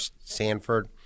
Sanford